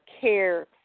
care